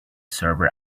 server